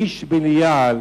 איש בליעל